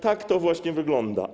Tak to właśnie wygląda.